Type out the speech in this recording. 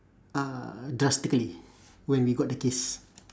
uh drastically when we got the kids